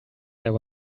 there